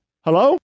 Hello